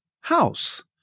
house